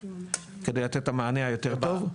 כדי לתת את המענה היותר טוב.